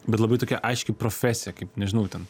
bet labai tokia aiški profesija kaip nežinau ten